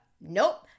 Nope